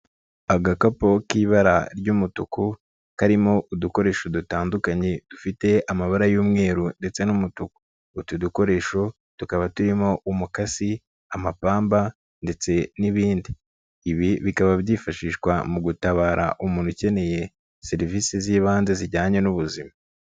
Agakapu k'ibara ry'umutuku karimo udukoresho dutandukanye dufite amabara y'umweru ndetse n'umutuku, utu dukoresho tukaba turimo umukasi, amapamba ndetse n'ibindi. Ibi bikaba byifashishwa mu gutabara umuntu ukeneye serivisi z'ibanze zijyanye n'ubuzima.